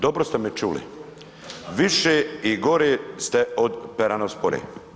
Dobro ste me čuli, više i gore ste od peranospore.